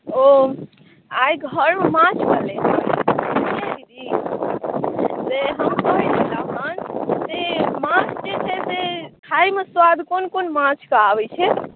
ओ आइ घरमे माछ बनलै हेँ बुझलियै दीदी से माछ जे छै से खाइमे स्वाद कोन कोनके आबैत छै